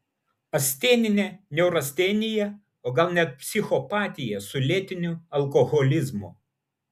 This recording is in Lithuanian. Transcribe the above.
asteninė neurastenija o gal net psichopatija su lėtiniu alkoholizmu